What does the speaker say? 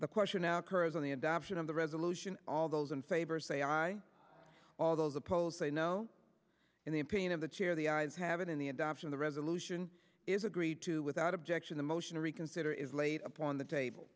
the question now occurs on the adoption of the resolution all those in favor say aye all those opposed say no in the opinion of the chair the eyes have it in the adoption the resolution is agreed to without objection the motion to reconsider is laid upon the table